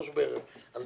3.3% בערך, זאת